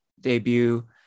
debut